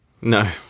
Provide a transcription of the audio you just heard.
No